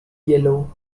yellow